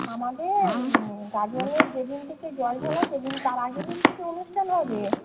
আমাদের গাজনের যেদিন থেকে জল ঢালা সেদিন তার আগের দিন থেকে অনুষ্ঠান হবে